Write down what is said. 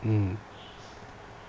mm